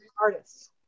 artists